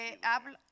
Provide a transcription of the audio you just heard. habla